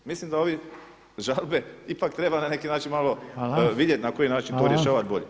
Mislim da ove žalbe ipak treba na neki način malo vidjeti na koji način to rješavati bolje.